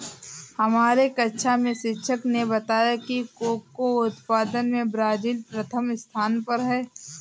हमारे कक्षा में शिक्षक ने बताया कि कोको उत्पादन में ब्राजील प्रथम स्थान पर है